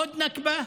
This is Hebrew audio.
עוד נכבה.